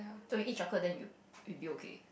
so you eat chocolate then you you will be okay